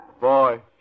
Boy